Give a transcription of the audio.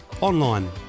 online